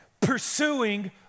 pursuing